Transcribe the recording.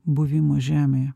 buvimo žemėje